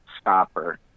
stopper